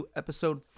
episode